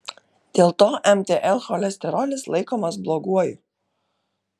dėl to mtl cholesterolis laikomas bloguoju